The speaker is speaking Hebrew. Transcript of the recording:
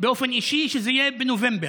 באופן אישי שזה יהיה בנובמבר.